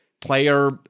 player